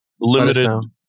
limited